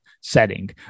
setting